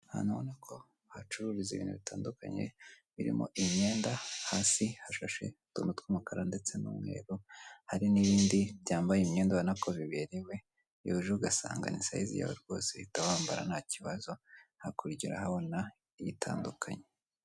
Hano urabona ko hacururiza ibintu bitandukanye birimo imyenda hasi hashashe utuntu tw'umukara ndetse n'umweru hari n'ibindi byambaye imyenda ubona ko biberewe iyo uje ugasanga nisayizi yawe rwose uhita wambara nta kibazo hakurikiraho habona iyitandukanye.